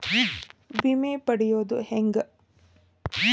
ವಿಮೆ ಪಡಿಯೋದ ಹೆಂಗ್?